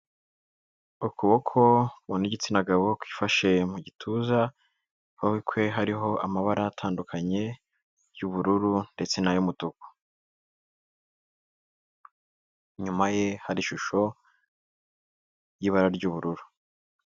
Ukuboko k'umuntu w'igitsina gabo kwifashe mu gituza, ku kuboko kwe hariho amabara atandukanye y'ubururu ndetse n'ay'umutuku, inyuma ye hari ishusho ry'ibara ry'ubururu.